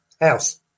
house